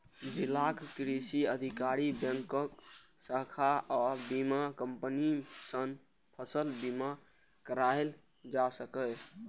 जिलाक कृषि अधिकारी, बैंकक शाखा आ बीमा कंपनी सं फसल बीमा कराएल जा सकैए